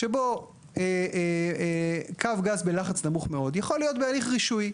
שבו קו גז בלחץ נמוך מאוד יכול להיות בהליך רישוי.